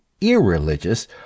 irreligious